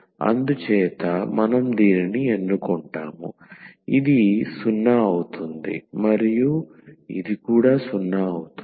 అందుచేత మనం దీనిని ఎన్నుకుంటాము ఇది 0 అవుతుంది మరియు ఇది కూడా 0 అవుతుంది